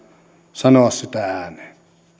sanoa sitä ääneen